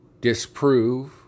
disprove